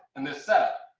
in this setup.